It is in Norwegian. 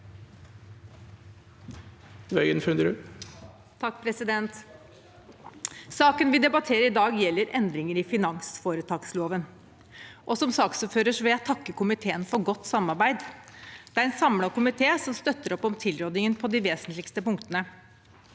Saken vi debatterer i dag, gjelder endringer i finansforetaksloven. Som saksordfører vil jeg takke komiteen for godt samarbeid. Det er en samlet komité som støtter opp om tilrådingen på de vesentligste punktene.